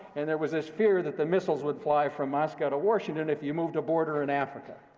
and there was this fear that the missiles would fly from moscow to washington if you moved a border in africa.